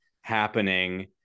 happening